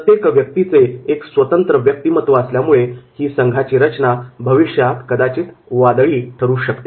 प्रत्येक व्यक्तीचे एक स्वतंत्र व्यक्तिमत्व असल्यामुळे ही संघाची रचना भविष्यात वादळी असू शकते